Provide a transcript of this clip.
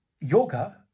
yoga